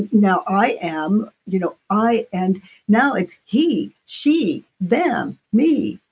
now i am. you know i, and now it's he she them, me,